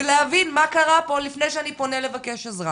ולהבין מה קרה פה לפני שאני פונה לבקש עזרה,